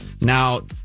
Now